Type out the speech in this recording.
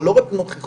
אבל לא רק נוכחות,